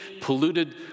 polluted